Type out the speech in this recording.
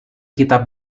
kita